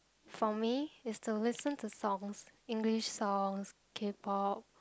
for me is to listen to songs English songs k-pop